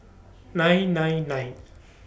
nine nine nine